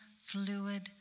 fluid